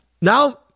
now